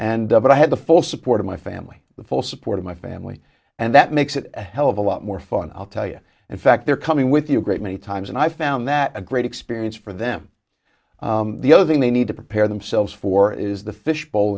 the but i had the full support of my family the full support of my family and that makes it a hell of a lot more fun i'll tell you and fact they're coming with you a great many times and i found that a great experience for them the other thing they need to prepare themselves for is the fishbowl